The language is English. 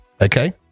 Okay